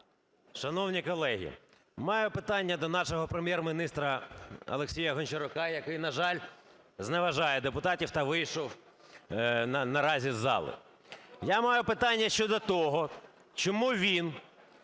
Шановні колеги, маю питання до нашого Прем'єр-міністра Олексія Гончарука, який, на жаль, зневажає депутатів та вийшов наразі із залу. Я маю питання щодо того, чому він,